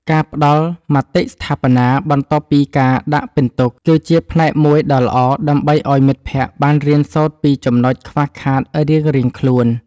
ការផ្ដល់មតិស្ថាបនា បន្ទាប់ពីការដាក់ពិន្ទុ គឺជាផ្នែកមួយដ៏ល្អដើម្បីឱ្យមិត្តភក្តិបានរៀនសូត្រពីចំណុចខ្វះខាតរៀងៗខ្លួន។